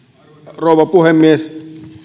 rouva puhemies